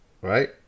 right